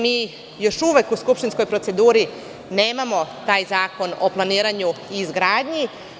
Mi još uvek u skupštinskoj proceduri nemamo taj zakon o planiranju i izgradnji.